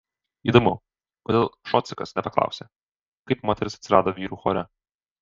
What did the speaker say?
įdomu kodėl šocikas nepaklausė kaip moteris atsirado vyrų chore